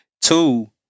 Two